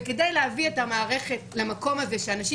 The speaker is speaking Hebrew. וכדי להביא את המערכת למקום שאנשים